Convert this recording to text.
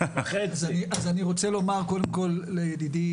אז אני רוצה לומר, קודם כל לידידי